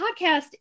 podcast